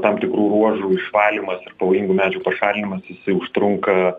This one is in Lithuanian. tam tikrų ruožų išvalymas ir pavojingų medžių pašalinimas jisai užtrunka